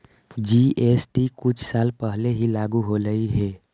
GST कुछ साल पहले ही लागू होलई हे